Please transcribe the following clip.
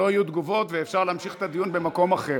לא יהיו תגובות, ואפשר להמשיך את הדיון במקום אחר.